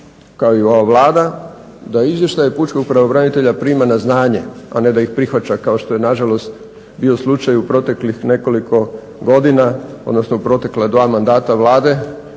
kao i ova Vlada da izvještaje pučkog pravobranitelja prima na znanje, a ne da ih prihvaća kao što je nažalost bio slučaj u proteklih nekoliko godina, odnosno u protekla dva mandata Vlade